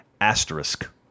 asterisk